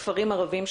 כפרים ערביים,